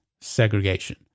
segregation